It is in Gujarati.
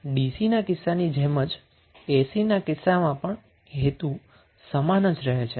પરંતુ DC ના કિસ્સાની જેમ જ AC ના કિસ્સામાં પણ હેતુ સમાન જ રહે છે